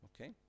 Okay